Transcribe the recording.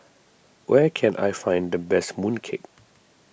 where can I find the best Mooncake